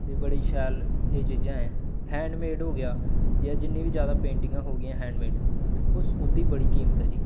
ते बड़ी शैल एह् चीजां ऐ हैंडमेड हो गेआ जां जि'न्नी बी जादा पेंटिंगां हो गेइयां हैंडमेड ओह् उं'दी बड़ी कीमत ही